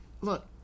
Look